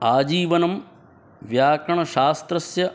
आजीवनं व्याकरणशास्त्रस्य